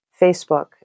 Facebook